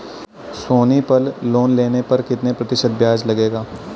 सोनी पल लोन लेने पर कितने प्रतिशत ब्याज लगेगा?